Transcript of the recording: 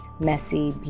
messy